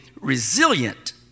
resilient